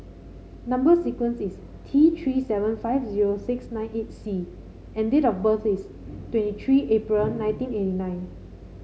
number sequence is T Three seven five zero six nine eight C and date of birth is twenty three April nineteen eighty nine